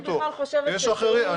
אני בכלל חושבת --- יש אחרים.